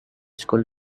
school